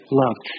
loved